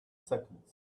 seconds